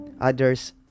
others